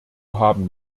haben